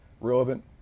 relevant